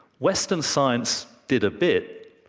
western science did a bit,